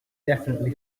definitely